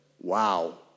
Wow